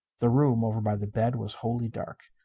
the room, over by the bed, was wholly dark.